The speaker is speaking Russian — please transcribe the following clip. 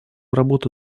работу